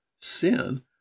sin